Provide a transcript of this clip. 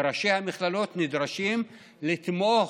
וראשי המכללות נדרשים לתמוך.